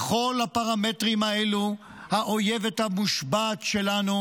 בכל הפרמטרים האלו האויבת המושבעת שלנו